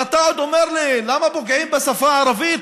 ואתה עוד אומר לי: למה פוגעים בשפה הערבית?